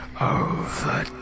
over